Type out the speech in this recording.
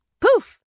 Poof